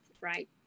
right